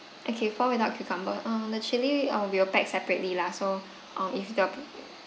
okay four without cucumber um the chilli uh we'll pack separately lah so um if the p~